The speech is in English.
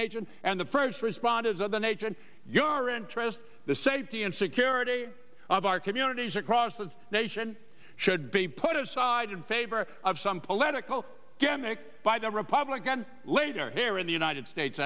nation and the first responders of the nation your interest the safety and secure thirty of our communities across the nation should be put aside in favor of some political gimmick by the republicans later here in the united states